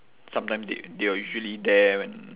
sometimes they they are usually there when